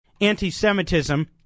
anti-Semitism